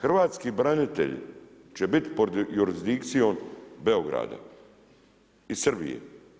Hrvatski branitelji će biti pod jurisdikcijom Beograda i Srbije.